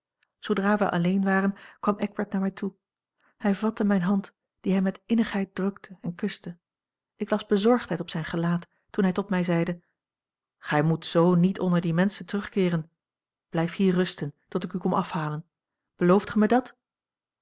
zoodra wij alleen waren kwam eckbert naar mij toe hij vatte mijne hand die hij met innigheid drukte en kuste ik las bezorgdheid op zijn gelaat toen hij tot mij zeide gij moet z niet onder die menschen terugkeeren blijf hier rusten tot ik u kom afhalen belooft gij mij dat